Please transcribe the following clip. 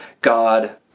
God